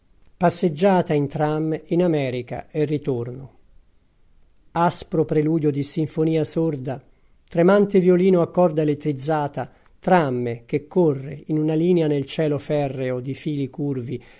campana passeggiata in tram in america e ritorno aspro preludio di sinfonia sorda tremante violino a corda elettrizzata tram che corre in una linea nel cielo ferreo di fili curvi